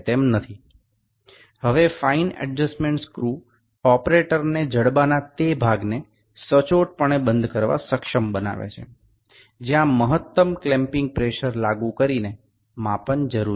এখন যেখানে পরিমাপ করা প্রয়োজন সেখানে সূক্ষ্ম সমন্বয় স্ক্রুটি ব্যবহারকারীকে বাহুগুলি তে সর্বোত্তম বন্ধনীর চাপ প্রয়োগ করে বন্ধ করতে সাহায্য করে